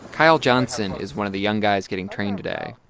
kyle johnson is one of the young guys getting trained today.